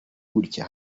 gutya